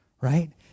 right